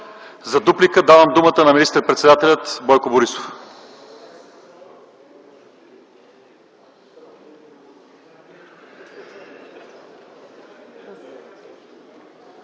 За отговор давам думата на министър-председателя Бойко Борисов.